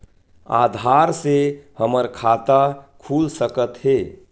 आधार से हमर खाता खुल सकत हे?